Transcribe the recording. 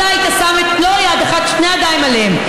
אתה היית שם לא יד אחת אלא שתי ידיים עליהם.